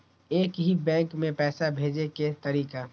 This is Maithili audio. एक ही बैंक मे पैसा भेजे के तरीका?